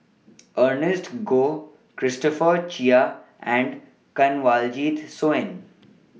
Ernest Goh Christopher Chia and Kanwaljit Soin